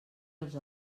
els